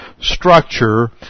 structure